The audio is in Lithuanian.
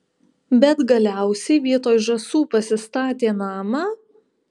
bet galiausiai vietoj žąsų pasistatė namą